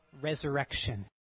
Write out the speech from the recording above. resurrection